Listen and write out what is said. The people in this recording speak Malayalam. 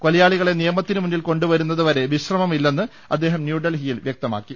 കൊലയാളികളെ നിയമത്തിന് മുന്നിൽ കൊണ്ടുവരുന്നത് വരെ വിശ്രമമില്ലെന്ന് അദ്ദേഹം ന്യൂഡൽഹിയിൽ വൃക്തമാക്കി